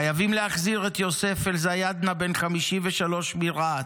חייבים להחזיר את יוסף אלזיאדנה, בן 53 מרהט,